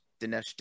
Dinesh